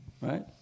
right